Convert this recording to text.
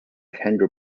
hundred